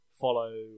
follow